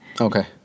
Okay